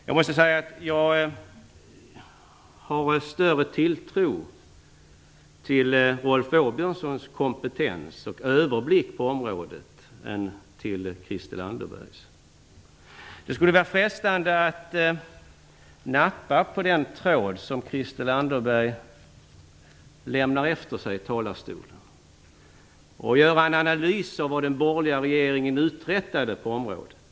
Jag måste säga att jag har större tilltro till Rolf Åbjörnssons kompetens och överblick på området än till Det skulle vara frestande att nappa på den tråd som Christel Anderberg lämnar efter sig i talarstolen och göra en analys av vad den borgerliga regeringen uträttade på området.